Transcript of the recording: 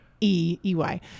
E-E-Y